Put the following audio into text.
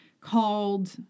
called